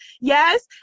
Yes